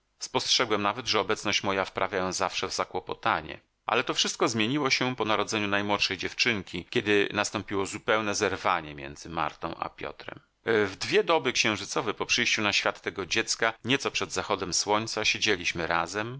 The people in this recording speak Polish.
spostrzegłem nawet że obecność moja wprawia ją zawsze w zakłopotanie ale to wszystko zmieniło się po narodzeniu najmłodszej dziewczynki kiedy nastąpiło zupełne zerwanie między martą a piotrem w dwie doby księżycowe po przyjściu na świat tego dziecka nieco przed zachodem słońca siedzieliśmy razem